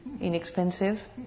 inexpensive